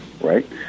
right